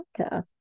podcast